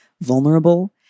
vulnerable